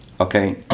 Okay